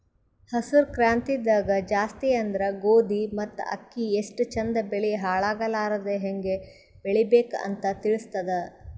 ಹಸ್ರ್ ಕ್ರಾಂತಿದಾಗ್ ಜಾಸ್ತಿ ಅಂದ್ರ ಗೋಧಿ ಮತ್ತ್ ಅಕ್ಕಿ ಎಷ್ಟ್ ಚಂದ್ ಬೆಳಿ ಹಾಳಾಗಲಾರದೆ ಹೆಂಗ್ ಬೆಳಿಬೇಕ್ ಅಂತ್ ತಿಳಸ್ತದ್